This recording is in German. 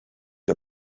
der